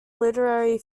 literary